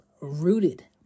rooted